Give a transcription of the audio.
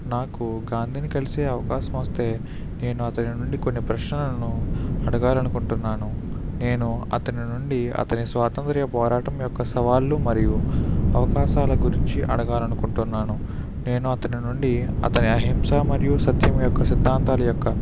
నాకు గాంధీని కలిసే అవకాశం వస్తే నేను అతని నుండి కొన్ని ప్రశ్నలను అడగాలి అనుకుంటున్నాను నేను అతని నుండి అతని స్వాతంత్య్ర పోరాటం యొక్క సవాళ్ళు మరియు అవకాశాల గురించి అడగాలనుకుంటున్నాను నేను అతని నుండి అతని అహింస మరియు సత్యం యొక్క సిద్దాంతాల యొక్క